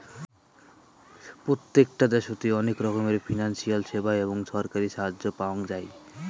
প্রত্যেকটা দ্যাশোতে অনেক রকমের ফিনান্সিয়াল সেবা এবং ছরকারি সাহায্য পাওয়াঙ যাই